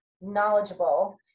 knowledgeable